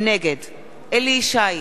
נגד אליהו ישי,